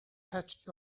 patch